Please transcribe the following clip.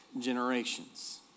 generations